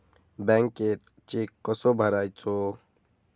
बँकेत चेक कसो भरायचो?